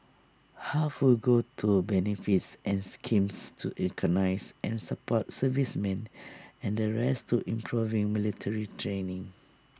half will go to benefits and schemes to recognise and support servicemen and the rest to improving military training